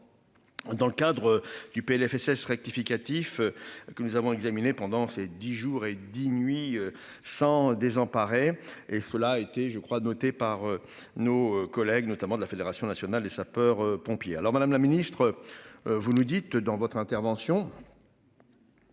Dans le cadre du PLFSS rectificatif. Que nous avons examiné pendant ces 10 jours et 10 nuits sans désemparer et cela a été je crois par nos collègues notamment de la Fédération Nationale des Sapeurs Pompiers. Alors madame la ministre. Vous nous dites, dans votre intervention.